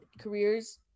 careers